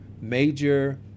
major